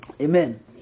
Amen